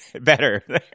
Better